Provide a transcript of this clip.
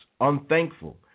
unthankful